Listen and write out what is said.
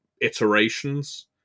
iterations